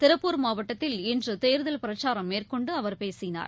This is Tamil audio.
திருப்பூர் மாவட்டத்தில் இன்று தேர்தல் பிரச்சாரம் மேற்கொண்டு அவர் பேசினார்